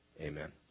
Amen